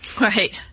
Right